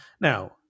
Now